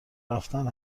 رفتن